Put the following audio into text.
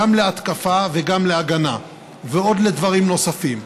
גם להתקפה וגם להגנה ולדברים נוספים.